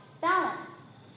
balance